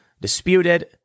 disputed